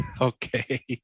Okay